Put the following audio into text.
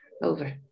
over